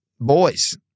boys